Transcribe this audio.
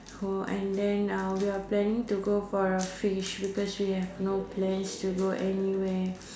for and then we are planning to go for a fish because we have no plans to go anywhere